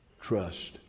trust